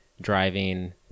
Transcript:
driving